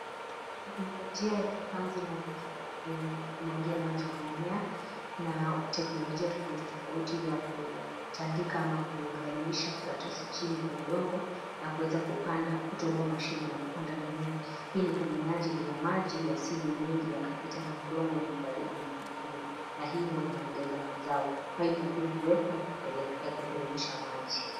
Teknolojia ya upanzi na kumwagia maji kwa mimea. Kuna teknolojia tofauti tofauti ile ya kutandika ama kulainisha karatasi chini kwa udongo, na kuweza kutoboa mashimo na kupanda mimea. Hii ni kwa minajili ya maji yasije mengi yakapita na udongo na kuharibu mimea hio, na hii huwa inaongezamazao, kwa hivo pia huekwa ya kuteremsha maji.